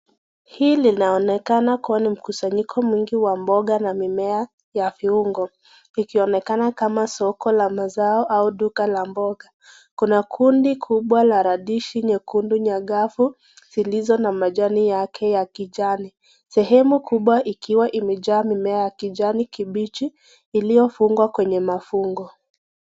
Hii linaonekana kuwa ni mkusanyiko mwingi wa mboga na mimea ya viungo, ikionekana kama soko la mazao au duka la mboga. Kuna kundi kubwa la radishi nyekundu nyagafu, zilizo na majani yake ya kijani. Sehemu kubwa ikiwa imejaa mimea ya kijani kibichi, iliyo fungwa kwenye mafungo.